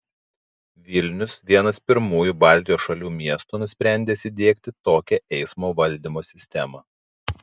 vilnius vienas pirmųjų baltijos šalių miestų nusprendęs įdiegti tokią eismo valdymo sistemą